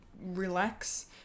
relax